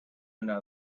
another